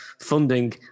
funding